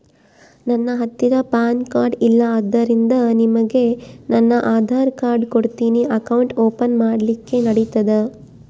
ನನ್ನ ಹತ್ತಿರ PAN card ಇಲ್ಲ ಆದ್ದರಿಂದ ನಿಮಗೆ ನನ್ನ ಆಧಾರ್ ಕಾರ್ಡ್ ಕೊಡ್ತೇನಿ ಅಕೌಂಟ್ ಓಪನ್ ಮಾಡ್ಲಿಕ್ಕೆ ನಡಿತದಾ?